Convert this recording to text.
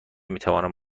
میتوانم